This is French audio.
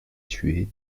tué